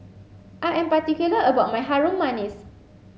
I am particular about my Harum Manis